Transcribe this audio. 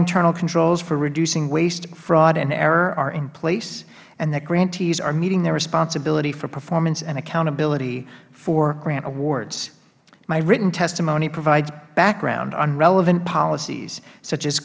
internal controls for reducing waste fraud and error are in place and that grantees are meeting their responsibilities for performance and accountability for grant awards my written testimony provides background on relevant policies such as